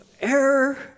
error